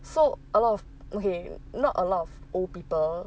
so a lot of okay not alot of old people